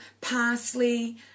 parsley